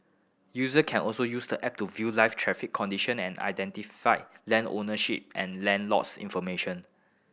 user can also use the app to view live traffic condition and identify land ownership and land lots information